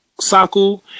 Saku